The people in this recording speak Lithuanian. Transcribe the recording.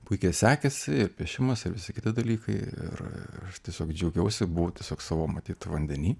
puikiai sekėsi ir piešimas ir visi kiti dalykai ir aš tiesiog džiaugiausi būt tiesiog savo matyt vandeny